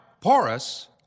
porous